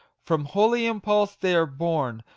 from holy impulse they are born,